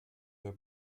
der